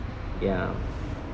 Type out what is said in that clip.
ya